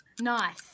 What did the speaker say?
Nice